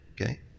okay